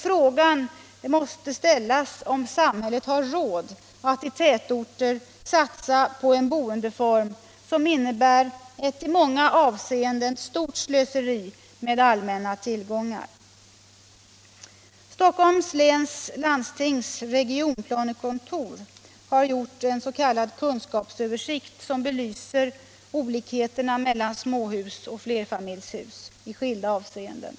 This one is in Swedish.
Frågan måste ställas om samhället har råd att i tätorterna satsa på en boendeform, som innebär ett i många avseenden stort slöseri med de allmänna tillgångarna. Stockholms läns landstings regionalplanekontor har gjort en s.k. kunskapsöversikt, som belyser olikheterna mellan småhus och flerfamiljshus i skilda avseenden.